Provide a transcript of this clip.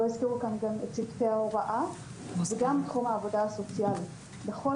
לא הזכירו כאן גם את צוותי ההוראה וגם תחום העבודה הסוציאלית בכל